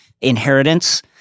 inheritance